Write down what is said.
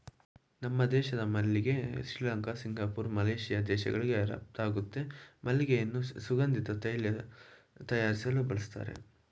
ನಮ್ಮ ದೇಶದ ಮಲ್ಲಿಗೆ ಶ್ರೀಲಂಕಾ ಸಿಂಗಪೂರ್ ಮಲೇಶಿಯಾ ದೇಶಗಳಿಗೆ ರಫ್ತಾಗುತ್ತೆ ಮಲ್ಲಿಗೆಯನ್ನು ಸುಗಂಧಿತ ತೈಲ ತಯಾರಿಸಲು ಬಳಸ್ತರೆ